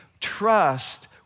trust